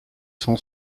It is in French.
cent